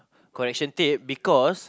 correction tape because